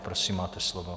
Prosím máte slovo.